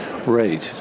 rate